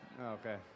Okay